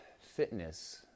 fitness